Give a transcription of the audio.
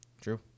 True